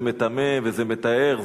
זה מטמא וזה מטהר,